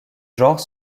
genre